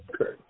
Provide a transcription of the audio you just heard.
Okay